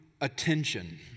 attention